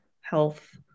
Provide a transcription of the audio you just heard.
health